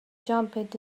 jumped